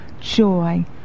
joy